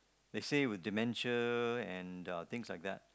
they say with dementia and uh things like that